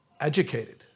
educated